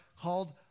called